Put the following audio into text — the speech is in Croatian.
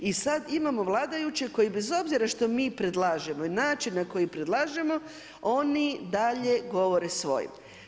I sada imamo vladajuće koji bez obzira što mi predlažemo i način na koji predlažemo oni dalje govore svoje.